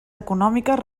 econòmiques